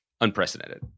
unprecedented